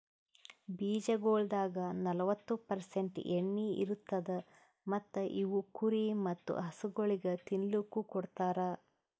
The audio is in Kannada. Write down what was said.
ಬೀಜಗೊಳ್ದಾಗ್ ನಲ್ವತ್ತು ಪರ್ಸೆಂಟ್ ಎಣ್ಣಿ ಇರತ್ತುದ್ ಮತ್ತ ಇವು ಕುರಿ ಮತ್ತ ಹಸುಗೊಳಿಗ್ ತಿನ್ನಲುಕ್ ಕೊಡ್ತಾರ್